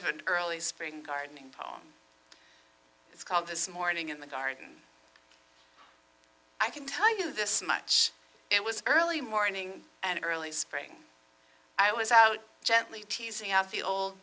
of an early spring gardening it's called this morning in the garden i can tell you this much it was early morning and early spring i was out gently teasing out the old